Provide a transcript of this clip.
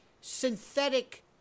synthetic